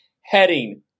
heading